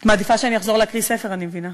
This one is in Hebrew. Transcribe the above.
את מעדיפה שאני אחזור להקריא ספר, אני מבינה.